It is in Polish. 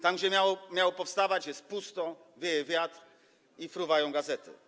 Tam gdzie miał powstawać, jest pusto, wieje wiatr i fruwają gazety.